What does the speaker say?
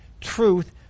truth